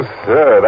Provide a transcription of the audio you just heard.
sir